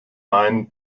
main